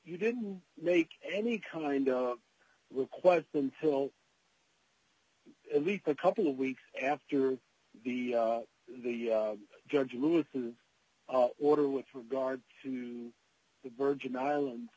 you didn't make any kind of request until at least a couple of weeks after the the judge lewis's order with regard to the virgin islands